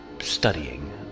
studying